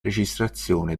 registrazione